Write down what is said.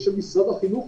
ושל משרד החינוך,